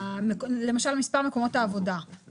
המטרה הייתה לתפוס כמה שיותר נסיעות של כניסה